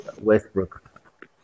Westbrook